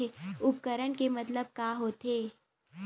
उपकरण के मतलब का होथे?